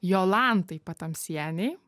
jolantai patamsienei